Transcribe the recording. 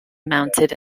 mounted